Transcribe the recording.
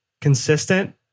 consistent